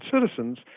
citizens